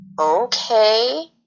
okay